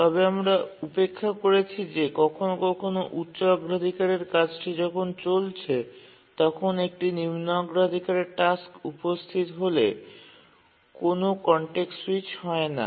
তবে আমরা উপেক্ষা করছি যে কখনও কখনও উচ্চ অগ্রাধিকারের কাজটি যখন চলছে এবং তখন একটি নিম্ন অগ্রাধিকারের টাস্ক উপস্থিত হলে কোনও কনটেক্সট স্যুইচ হয় না